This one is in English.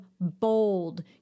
bold